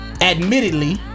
Admittedly